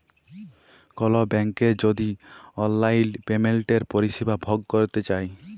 call ব্যাংকের যদি অললাইল পেমেলটের পরিষেবা ভগ ক্যরতে চায়